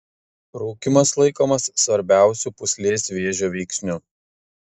rūkymas laikomas svarbiausiu pūslės vėžio veiksniu